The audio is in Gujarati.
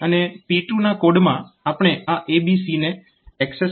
અને P2 ના કોડમાં આપણે આ a b c ને એક્સેસ કરવાનો પ્રયાસ કરી રહ્યા છીએ